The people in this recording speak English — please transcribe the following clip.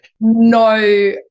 No